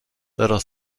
little